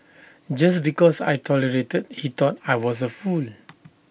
just because I tolerated he thought I was A fool